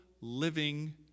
living